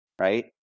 right